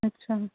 ਅੱਛਾ